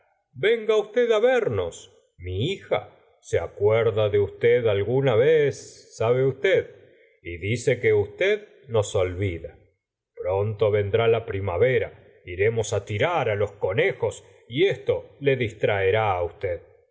venga usted vernos mi hija se acuerda de usted alguna vez sabe usted y dice que usted nos olvida pronto vendrá la primavera iremos a tirar los conejos y esto le distraeré á usted